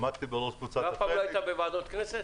עמדתי בראש קבוצת הפניקס --- לא היית אף פעם בוועדות כנסת?